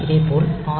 இதேபோல் ஆர்